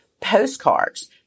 postcards